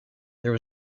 there